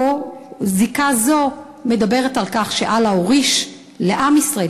שבו זיקה זו מדברת על כך שאללה הוריש לעם ישראל,